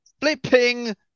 flipping